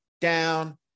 down